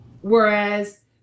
Whereas